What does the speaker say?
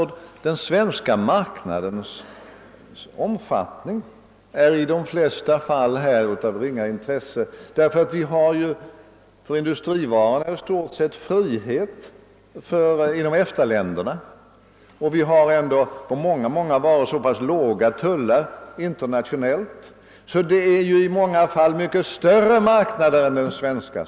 Den svenska marknadens omfattning är i de flesta fall av ringa betydelse i detta sammanhang, herr statsråd, ty vad gäller industrivaror har vi i stort sett en fri marknad inom EFTA-länderna. För många andra varor är tullarna också internationellt så låga, att det blir fråga om en mycket större marknad än bara den svenska.